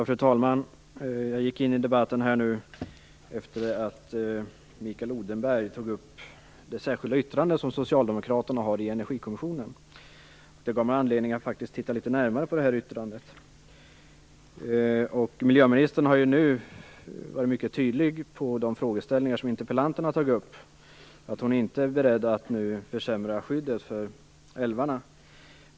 Fru talman! Jag valde att gå in i debatten efter det att Mikael Odenberg tog upp det särskilda yttrande som socialdemokraterna har avgett i energikommissionen. Det gav mig anledning att titta litet närmare på det här yttrandet. Miljöministern har varit mycket tydlig i de frågeställningar som interpellanten har tagit upp, att hon inte är beredd att nu försämra skyddet för älvarna.